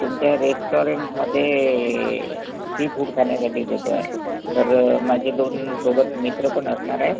तुमच्या रेस्टॉरेंटमध्ये seafood खाणयासाठीच येतो आहे तर माझे दोन सोबत मित्र पण असणार आहेत